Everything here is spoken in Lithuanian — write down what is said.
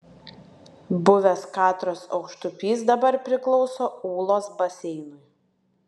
buvęs katros aukštupys dabar priklauso ūlos baseinui